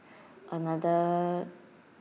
another